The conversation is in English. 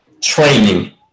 training